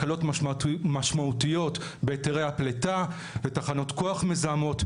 הקלות משמעותיות בהיתרי הפליטה ותחנות כוח מזהמות.